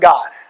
God